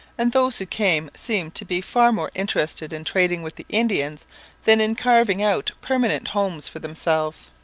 and those who came seemed to be far more interested in trading with the indians than in carving out permanent homes for themselves.